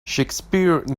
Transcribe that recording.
shakespeare